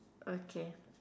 okay